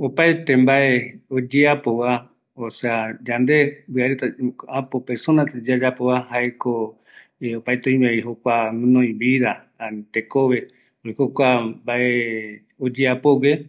﻿Opaete mbae oyeapova, osea yande mbiareta, aäpo persona reta yayapova jaeko opaete oimevi jokua vida, ani tekove porque jokua mbae oyeapogue,